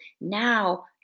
Now